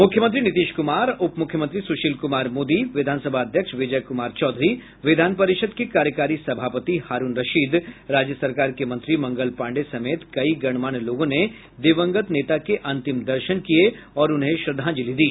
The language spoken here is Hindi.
मुख्यमंत्री नीतीश कुमार उपमूख्यमंत्री सुशील कुमार मोदी विधानसभा अध्यक्ष विजय कुमार चौधरी विधान परिषद के कार्यकारी सभापति हारूण रशीद राज्य सरकार के मंत्री मंगल पांडेय समेत कई गणमान्य लोगों ने दिवंगत नेता के अंतिम दर्शन किये और उन्हें श्रद्वांजलि दी